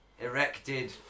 erected